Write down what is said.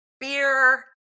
beer